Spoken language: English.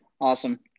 Awesome